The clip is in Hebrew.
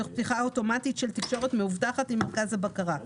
תוך פתיחה אוטומטית של תקשורת מאובטחת עם מרכז הבקרה.